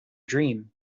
dream